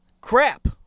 crap